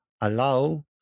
allow